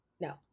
No